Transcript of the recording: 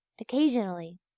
occasionally